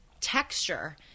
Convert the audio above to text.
texture